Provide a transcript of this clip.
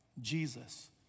Jesus